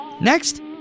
Next